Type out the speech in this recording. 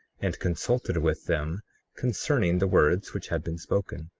and consulted with them concerning the words which had been spoken.